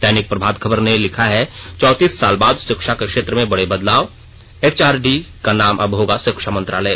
दैनिक प्रभात खबर ने लिखा है चौंतीस साल बाद शिक्षा के क्षेत्र में बड़े बदलाव एचआरडी का नाम अब होगा शिक्षा मंत्रालय